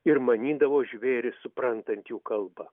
ir manydavo žvėrį suprantant jų kalbą